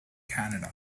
canada